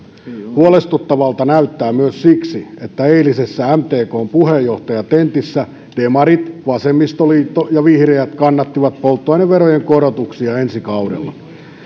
huolestuttavalta näyttää myös siksi että eilisessä mtkn puheenjohtajatentissä demarit vasemmistoliitto ja vihreät kannattivat polttoaineverojen korotuksia ensi kaudella